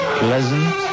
pleasant